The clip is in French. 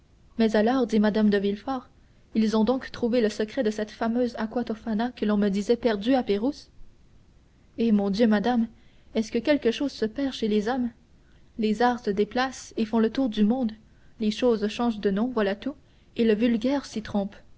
mais alors dit mme de villefort ils ont donc retrouvé le secret de cette fameuse aqua tofana que l'on me disait perdu à pérouse eh mon dieu madame est-ce que quelque chose se perd chez les hommes les arts se déplacent et font le tour du monde les choses changent de nom voilà tout et le vulgaire s'y trompe